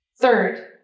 Third